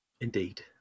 indeed